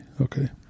Okay